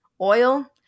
Oil